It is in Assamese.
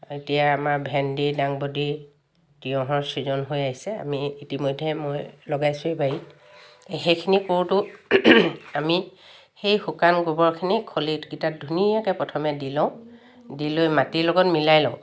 এতিয়া আমাৰ ভেন্দি ডাংবডি তিঁয়হৰ ছিজন হৈ আহিছে আমি ইতিমধ্যে মই লগাইছোৱে বাৰীত সেইখিনি কৰোঁতেও আমি সেই শুকান গোবৰখিনি খলি কেইটাত ধুনীয়াকৈ প্ৰথমে দি লওঁ দি লৈ মাটিৰ লগত মিলাই লওঁ